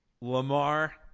Lamar